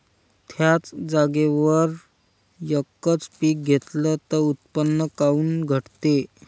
थ्याच जागेवर यकच पीक घेतलं त उत्पन्न काऊन घटते?